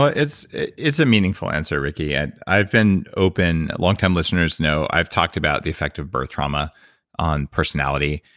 ah it's it's a meaningful answer, ricki. and i've been open. long-time listeners know i've talked about the effect of birth trauma on personality.